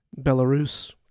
Belarus